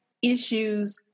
issues